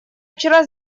вчера